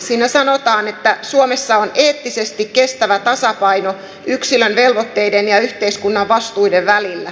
siinä sanotaan että suomessa on eettisesti kestävä tasapaino yksilön velvoitteiden ja yhteiskunnan vastuiden välillä